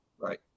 right